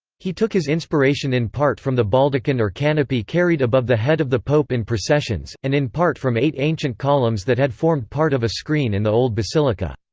he took his inspiration in part from the baldachin or canopy carried above the head of the pope in processions, and in part from eight ancient columns that had formed part of a screen in the old basilica.